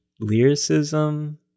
lyricism